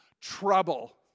Trouble